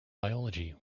biology